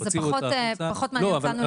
זה פחות מעניין אותנו לעניין --- לא,